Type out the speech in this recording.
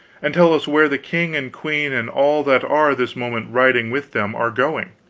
and tell us where the king and queen and all that are this moment riding with them are going?